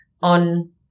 On